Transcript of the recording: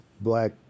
black